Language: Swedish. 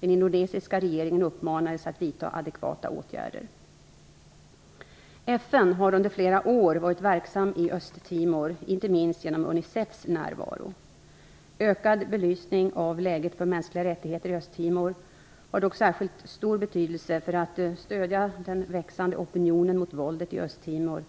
Den indonesiska regeringen uppmanades att vidta adekvata åtgärder. FN har under flera år varit verksamt i Östtimor, inte minst genom Unicefs närvaro. Ökad belysning av läget för mänskliga rättigheter i Östtimor har dock särskilt stor betydelse för att stödja den växande opinionen mot våldet i Östtimor